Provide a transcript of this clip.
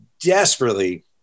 desperately